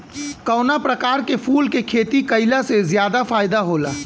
कवना प्रकार के फूल के खेती कइला से ज्यादा फायदा होला?